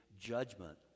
judgment